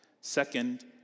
Second